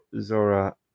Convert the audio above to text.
Zora